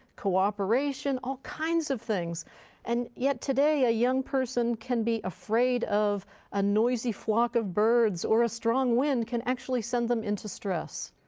cooperation, all kinds of things and yet today a young person can be afraid of a noisy flock of birds or a strong wind can actually send them into stress.